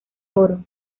oro